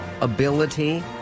ability